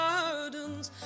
Gardens